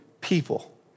people